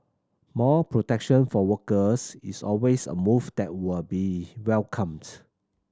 more protection for workers is always a move that will be welcomed